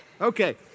Okay